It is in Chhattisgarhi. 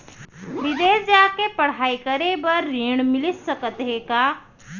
बिदेस जाके पढ़ई करे बर ऋण मिलिस सकत हे का?